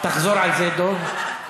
תחזור על זה, דב.